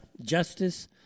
Justice